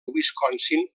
wisconsin